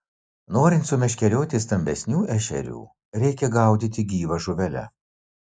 norint sumeškerioti stambesnių ešerių reikia gaudyti gyva žuvele